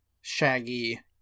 Shaggy